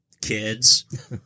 kids